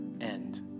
end